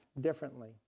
differently